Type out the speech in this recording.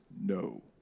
no